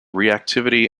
reactivity